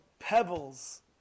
pebbles